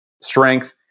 strength